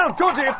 um georgie,